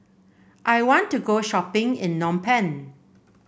I want to go shopping in Phnom Penh